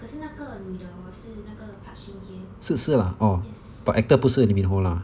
可是那个女的 hor 是那个 park shin hye yes